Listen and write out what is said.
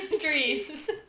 dreams